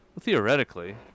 Theoretically